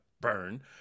burn